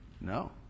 No